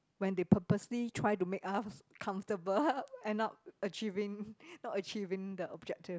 when they purposely try to make us comfortable end up achieving not achieving the objective